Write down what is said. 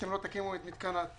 אתם לא תקימו את מתקן ההתפלה.